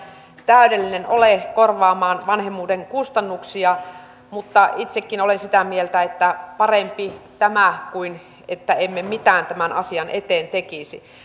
täydellinen ole korvaamaan vanhemmuuden kustannuksia mutta itsekin olen sitä mieltä että parempi tämä kuin se että emme mitään tämän asian eteen tekisi